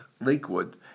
Lakewood